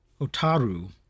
Otaru